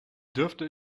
dürfte